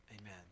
Amen